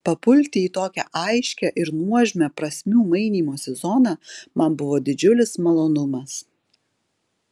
papulti į tokią aiškią ir nuožmią prasmių mainymosi zoną man buvo didžiulis malonumas